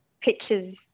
pictures